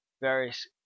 various